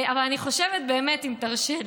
אבל אני חושבת, באמת, אם תרשה לי,